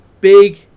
big